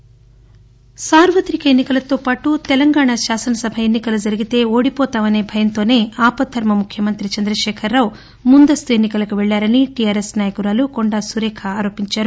సురేఖ సార్వతిక ఎన్నికలతో పాటు తెలంగాణ శాసనసభ ఎన్నికలు జరిగితే ఓడిపోతామనే భయంతోనే ఆపద్దర్మ ముఖ్యమంత్రి చంద్రశేఖర్రావు ముందస్తు ఎన్నికలకు వెళ్ళారని టీఆర్ఎస్ నాయకురాలు కొండా సురేఖ ఆరోపించారు